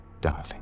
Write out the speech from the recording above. darling